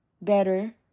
Better